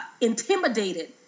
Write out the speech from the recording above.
intimidated